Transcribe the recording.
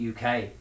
uk